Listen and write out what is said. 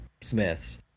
Smiths